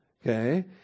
Okay